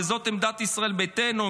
וזאת עמדת ישראל ביתנו,